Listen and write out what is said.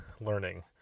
learning